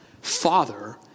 Father